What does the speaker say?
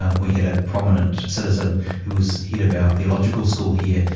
um we had a prominent citizen who was head of our theological school here,